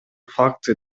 факты